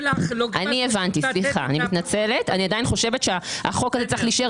אני עדיין חושבת שהחוק הזה צריך להישאר